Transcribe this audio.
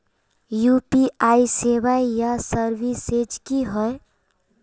UPI सेवाएँ या services की होय?